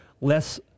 less